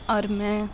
اور میں